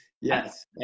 Yes